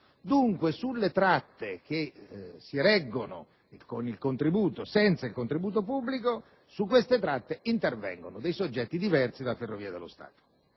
Dunque, sulle tratte che si reggono senza il contributo pubblico intervengono soggetti diversi da Ferrovie dello Stato.